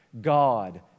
God